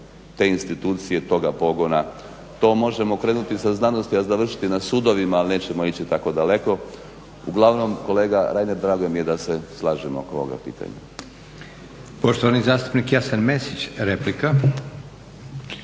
te institucije toga pogona. To možemo okrenuti sa znanosti, a završiti na sudovima ali nećemo ići tako daleko. Uglavnom kolega Reiner drago mi je da se slažemo oko ovoga pitanja. **Leko, Josip (SDP)** Poštovani zastupnik Jasen Mesić, replika.